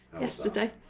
yesterday